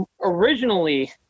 Originally